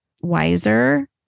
wiser